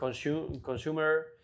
consumer